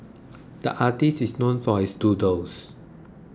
the artist is known for his doodles